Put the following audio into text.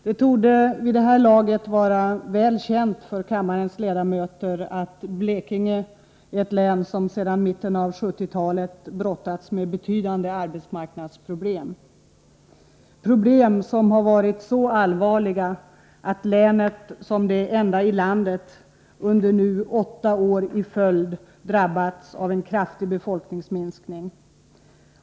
Det torde vid det här laget vara väl känt för kammarens ledamöter att Blekinge är ett län som sedan mitten av 1970-talet brottats med betydande arbetsmarknadsproblem — problem som varit så allvarliga att länet, som det enda i landet, under nu åtta år i följd drabbats av en kraftig befolkningsminskning.